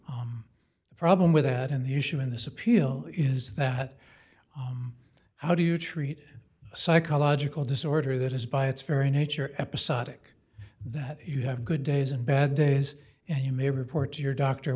the problem with that and the issue in this appeal is that how do you treat a psychological disorder that is by its very nature episodic that you have good days and bad days and you may report to your doctor